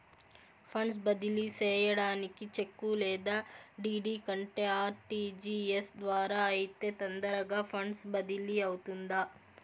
funds బదిలీ సేయడానికి cheque లేదా డీ.డీ కంటే ఆర్.టి.జి.ఎస్ ద్వారా అయితే తొందరగా ఫండ్స్ బదిలీ అవుతుందా